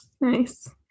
nice